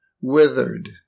withered